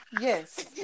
Yes